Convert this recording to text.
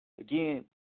Again